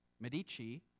Medici